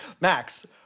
Max